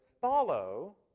follow